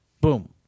boom